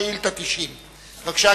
שאילתא 90. בבקשה,